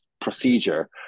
procedure